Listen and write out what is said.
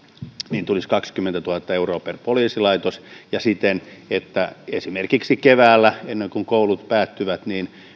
niin niihin tulisi kaksikymmentätuhatta euroa per poliisilaitos ja siten että esimerkiksi keväällä ennen kuin koulut päättyvät